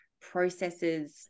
processes